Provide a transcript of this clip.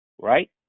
right